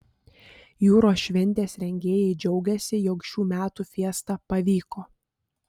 jūros šventės rengėjai džiaugiasi jog šių metų fiesta pavyko